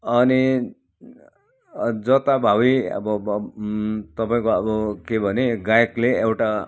अनि जताभाबी अब तपाईँको अब के भने गायकले एउटा